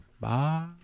Bye